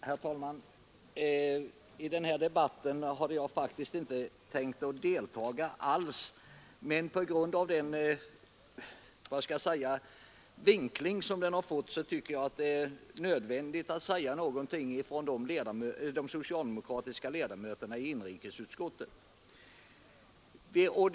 Herr talman! I den här debatten hade jag faktiskt inte tänkt deltaga alls, men på grund av den vinkling som den har fått tycker jag det är nödvändigt att säga någonting som representant för de socialdemokratiska ledamöterna i inrikesutskottet.